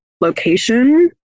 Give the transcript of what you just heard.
location